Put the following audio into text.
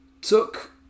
took